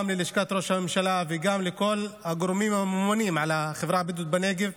גם ללשכת ראש הממשלה וגם לכל הגורמים הממונים על החברה הבדואית בנגב,